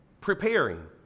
Preparing